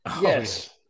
Yes